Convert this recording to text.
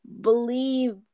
believe